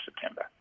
September